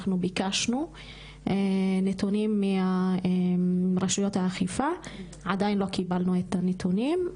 אנחנו ביקשנו נתונים מרשויות האכיפה ועדיין לא קיבלנו את הנתונים.